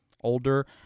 older